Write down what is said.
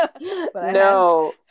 no